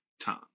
time